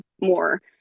more